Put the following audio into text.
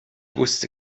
wusste